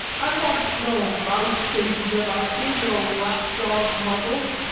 i want no mouse-faces about me, no lap-dog muzzles,